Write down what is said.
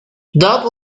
dopo